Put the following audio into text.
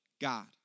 God